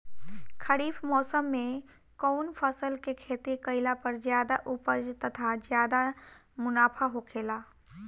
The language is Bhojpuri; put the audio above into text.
खरीफ़ मौसम में कउन फसल के खेती कइला पर ज्यादा उपज तथा ज्यादा मुनाफा होखेला?